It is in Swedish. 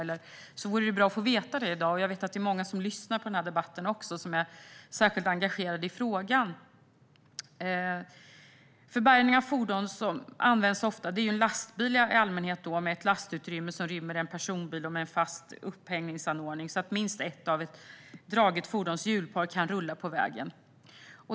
Det vore bra att få veta det i dag. Jag vet att det är många som lyssnar på debatten som är särskilt engagerade i frågan. För bärgning av fordon används ofta en lastbil med ett lastutrymme som rymmer en personbil och med en fast upphängningsanordning så att minst ett av ett draget fordons hjulpar kan rulla på vägen.